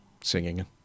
singing